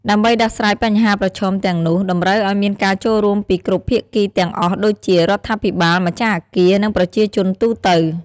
ដើម្បីដោះស្រាយបញ្ហាប្រឈមទាំងនោះតម្រូវឱ្យមានការចូលរួមពីគ្រប់ភាគីទាំងអស់ដូចជា រដ្ឋាភិបាល ម្ចាស់អគារ និងប្រជាជនទូទៅ។